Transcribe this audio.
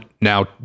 now